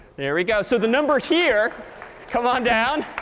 there we go. so the numbers here come on down.